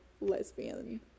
lesbian